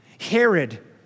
Herod